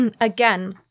again